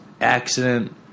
accident